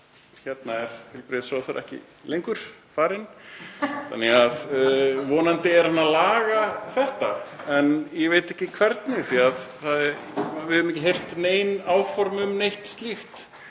Hérna er heilbrigðisráðherra ekki lengur, hann er farinn, þannig að vonandi er hann að laga þetta, en ég veit ekki hvernig, því að við höfum ekki heyrt nein áform um neitt slíkt.